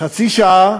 חצי שעה